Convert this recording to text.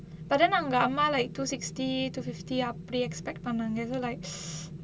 but then அவங்க அம்மா:avanga amma like two sixty two fifty அப்டி:apdi expect பண்ணாங்க:pannaanga it doesn't like